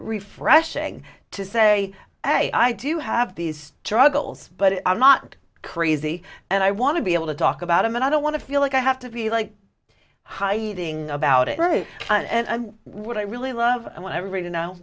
refreshing to say hey i do have these struggles but i'm not crazy and i want to be able to talk about them and i don't want to feel like i have to be like high eating about it right and what i really love i want everybody to know